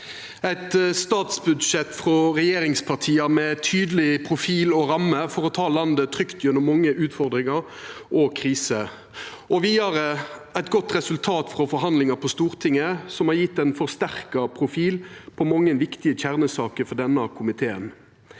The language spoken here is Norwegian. eit statsbudsjett frå regjeringspartia med tydeleg profil og rammer for å ta landet trygt gjennom mange utfordringar og kriser, og vidare er det eit godt resultat frå forhandlingar på Stortinget, som har gjeve ein forsterka profil på mange viktige kjernesaker for denne komiteen.